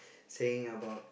saying about